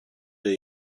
wir